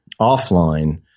offline